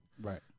Right